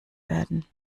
werden